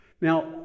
Now